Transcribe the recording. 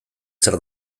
zer